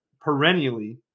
perennially